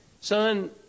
son